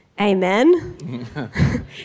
Amen